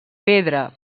pedra